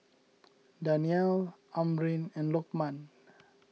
Danial Amrin and Lokman